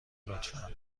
لطفا